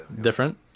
different